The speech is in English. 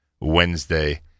Wednesday